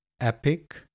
epic